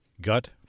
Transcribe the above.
Gut